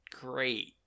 great